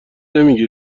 نمیگی